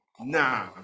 Nah